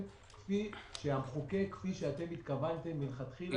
כפי שהמחוקק וכפי שאתם התכוונתם מלכתחילה.